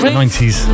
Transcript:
90s